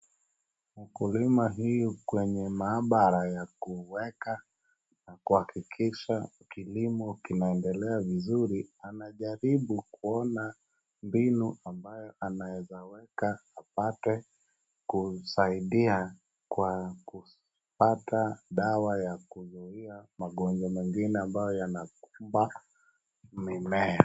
Mkulima yumo kwenye maambara ya kuweka na kuhakikisha kilimo kinaendelea vizuri. Anajaribu kuona mbinu ambayo anaweza weka apate kusaidia Kwa kupata dawa ya kuzuia magonjwa mengine ambayo yanakumba mimea.